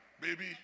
Baby